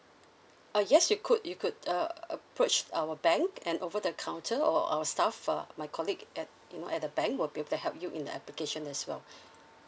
ah yes you could you could uh approach our bank and over the counter or our stuff uh my colleague at you know at the bank will be able to help you in the application as well